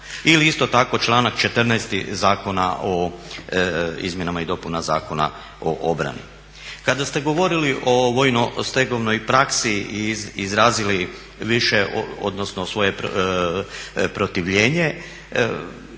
Ili isto tako članak 14. Zakona o Izmjenama i dopunama Zakona o obrani. Kada ste govorili o vojno stegovnoj praksi i izrazili više, odnosno svoje protivljenje,